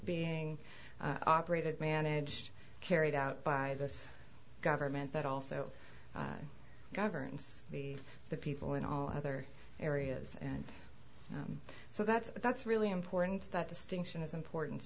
being operated managed carried out by this government that also governs the the people in all other areas and so that's that's really important that distinction is important